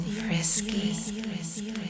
frisky